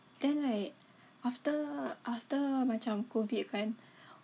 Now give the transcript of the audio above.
then like after after macam COVID kan